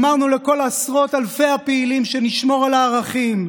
אמרנו לכל עשרות הפעילים שנשמור על הערכים,